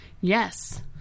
yes